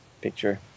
picture